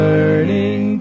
Learning